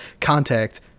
contact